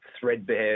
threadbare